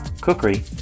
Cookery